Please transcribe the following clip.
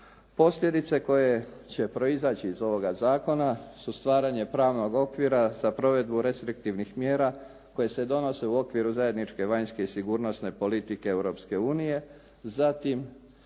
Posljedice koje će proizaći iz ovoga zakona su stvaranje pravnog okvira za provedbu restriktivnih mjera koje se donose u okviru zajedničke vanjske i sigurnosne politike Europske